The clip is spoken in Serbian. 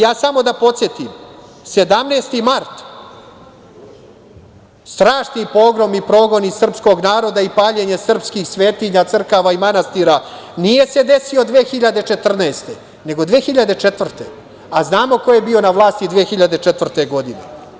Ja samo da podsetim – 17. mart, strašni pogromi srpskog naroda i paljenje srpskih svetinja, crkava i manastira, nije se desio 2014. nego 2004. godine, a znamo ko je bio na vlasti 2004. godine.